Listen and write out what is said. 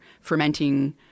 fermenting